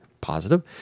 positive